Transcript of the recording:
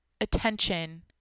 attention